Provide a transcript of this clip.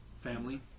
family